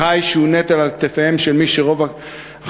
ח"י שהוא נטל על כתפיהם של מי שרוב הכנסתם